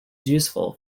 useful